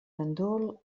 gandul